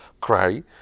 cry